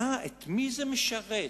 את מי זה משרת,